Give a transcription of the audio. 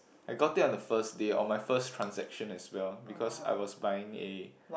I got it on the first day on my first transaction as well because I was buying a